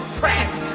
friends